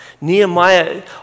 Nehemiah